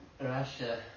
Russia